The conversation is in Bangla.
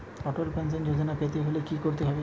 অটল পেনশন যোজনা পেতে হলে কি করতে হবে?